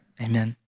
Amen